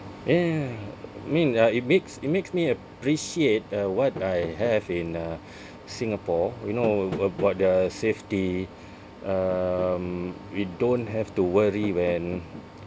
ya ya I mean uh it makes it makes me appreciate uh what I have in uh Singapore you know a~ about the safety um we don't have to worry when